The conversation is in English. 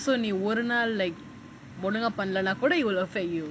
so நீ ஒரு நாள்:nee oru naal like ஒழுங்கா பண்ணலானா கூட:olunga pannalanaa kuda it will affect you